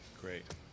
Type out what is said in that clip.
Great